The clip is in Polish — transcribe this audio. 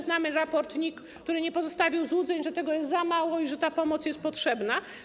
Znamy raport NIK-u, który nie pozostawił złudzeń, że tego jest za mało i że ta pomoc jest potrzebna.